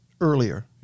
earlier